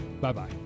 Bye-bye